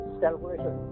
calculation